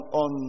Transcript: on